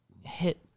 hit